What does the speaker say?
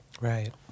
Right